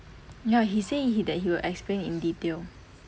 ya he say he that he will explain in detail